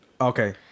Okay